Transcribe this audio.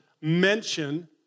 mention